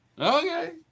Okay